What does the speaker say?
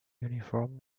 uniform